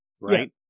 Right